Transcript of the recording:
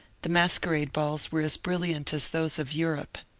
the masquerade balls were as brilliant as those of europe.